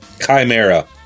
Chimera